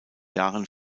jahren